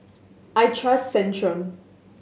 I trust Centrum